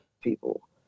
people